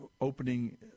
opening